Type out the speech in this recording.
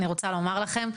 אני רוצה לומר לכם,